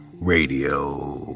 Radio